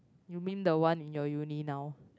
you mean the one in your uni now